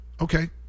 Okay